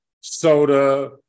soda